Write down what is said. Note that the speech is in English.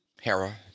Hera